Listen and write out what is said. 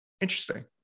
Interesting